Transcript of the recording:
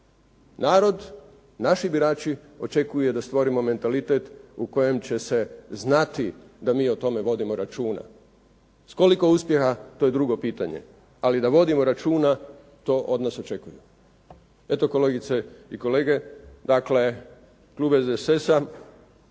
Narod, naši birači očekuje da stvorimo mentalitet u kojem će se znati da mi o tome vodimo računa. S koliko uspjeha to je drugo pitanje, ali da vodimo računa to od nas očekuje. Eto kolegice i kolege. Dakle, klub SDSS-a